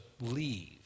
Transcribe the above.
leave